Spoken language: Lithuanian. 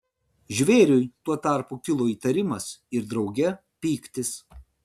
žvėriui tuo tarpu kilo įtarimas ir drauge pyktis